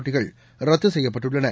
போட்டிகள் ரத்து செய்யப்பட்டுள்ளன